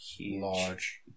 large